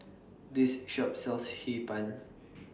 This Shop sells Hee Pan